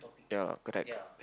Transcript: ya correct